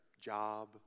Job